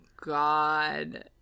God